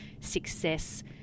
success